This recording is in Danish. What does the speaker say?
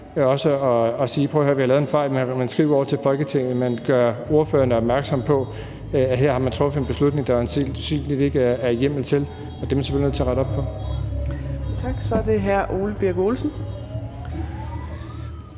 ikke sagde: Prøv at høre, vi har lavet en fejl. Og man skriver over til Folketinget, og man gør ordførerne opmærksom på, at her har man truffet en beslutning, som der øjensynligt ikke er hjemmel til. Og det er man selvfølgelig nødt til at rette op på. Kl. 15:24 Fjerde næstformand